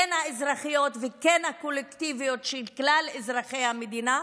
כן האזרחיות וכן הקולקטיביות של כלל אזרחי המדינה,